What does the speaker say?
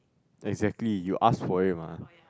exactly you ask for it mah